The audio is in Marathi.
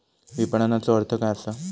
विपणनचो अर्थ काय असा?